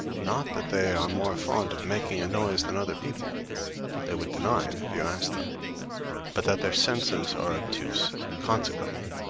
not that they are more fond of making a noise than other people they would deny it if you asked them but that their senses are obtuse consequently,